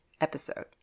episode